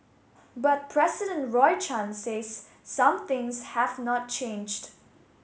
but president Roy Chan says some things have not changed